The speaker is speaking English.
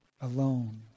alone